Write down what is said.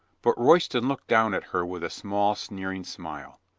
but royston looked down at her with a small, sneering smile.